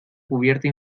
cubierta